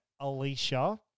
Alicia